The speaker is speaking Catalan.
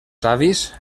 savis